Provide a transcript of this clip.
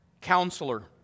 counselor